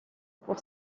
pour